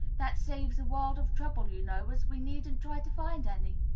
that saves a world of trouble, you know, as we needn't try to find any.